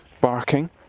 barking